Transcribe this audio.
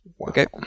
Okay